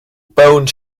bone